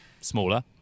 Smaller